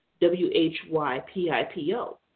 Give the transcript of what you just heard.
W-H-Y-P-I-P-O